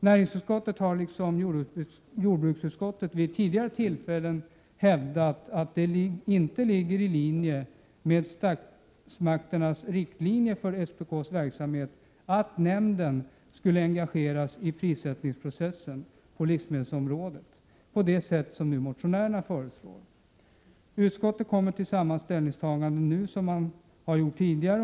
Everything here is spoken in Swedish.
Näringsutskottet har liksom jordbruksutskottet vid tidigare tillfällen hävdat att det inte ligger i linje med statsmakternas riktlinjer för SPK:s verksamhet att nämnden skulle engageras i prissättningsprocessen på livsmedelsområdet på det sätt som motionärerna föreslår. Utskottet kommer till samma ställningstagande nu som man har gjort tidigare.